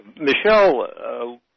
michelle